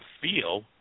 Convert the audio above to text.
feel